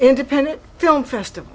independent film festival